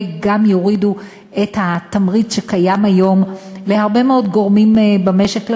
וגם יורידו את התמריץ שקיים היום להרבה מאוד גורמים במשק,